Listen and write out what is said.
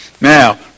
Now